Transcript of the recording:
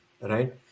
right